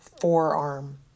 forearm